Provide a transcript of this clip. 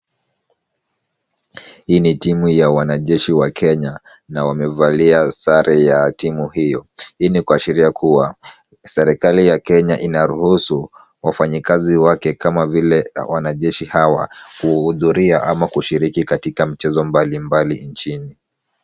Hii ni timu ya wanajeshi wa Kenya na wamevalia sare ya timu hiyo. Hii ni kuashiria kuwa, serikali ya Kenya inaruhusu wafanyikazi wake kama vile wanajeshi hawa kuhudhuria ama kushiriki katika mchezo mbalimbali nchini.